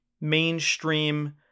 mainstream